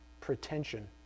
pretension